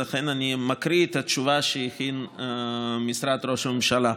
אז לכן אני מקריא את התשובה שהכין משרד ראש הממשלה: